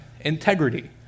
integrity